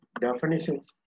definitions